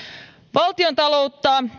valtiontaloutta